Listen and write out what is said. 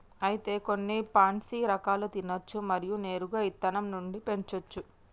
అయితే గొన్ని పాన్సీ రకాలు తినచ్చు మరియు నేరుగా ఇత్తనం నుండి పెంచోచ్చు